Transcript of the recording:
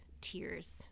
tears